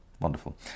Wonderful